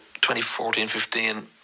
2014-15